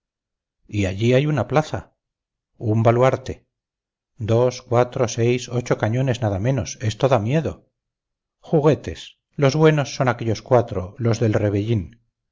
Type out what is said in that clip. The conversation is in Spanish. y allí hay una plaza un baluarte dos cuatro seis ocho cañones nada menos esto da miedo juguetes los buenos son aquellos cuatro los del rebellín